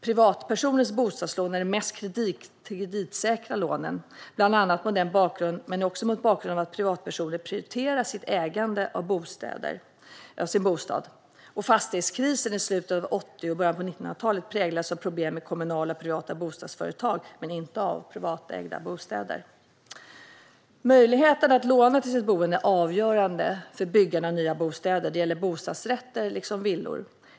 Privatpersoners bostadslån är de mest kreditsäkra lånen, bland annat mot denna bakgrund men också mot bakgrund av att privatpersoner prioriterar ägande av sin bostad. Fastighetskrisen i slutet av 1980-talet och början av 1990-talet präglades av problem i kommunala och privata bostadsföretag men inte av privatägda bostäder. Möjligheten att låna till sitt boende är avgörande för byggandet av nya bostäder, och det gäller både bostadsrätter och villor.